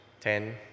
Ten